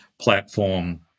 platform